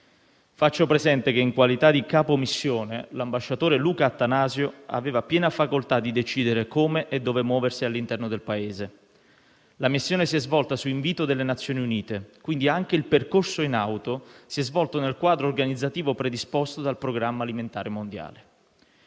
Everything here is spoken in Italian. Faccio presente che, in qualità di capo missione, l'ambasciatore Luca Attanasio aveva piena facoltà di decidere come e dove muoversi all'interno del Paese. La missione si è svolta su invito delle Nazioni Unite. Quindi, anche il percorso in auto si è svolto nel quadro organizzativo predisposto dal Programma alimentare mondiale.